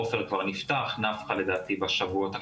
עופר כבר נפתח, נפחא אמור להיפתח בשבועות הקרובים.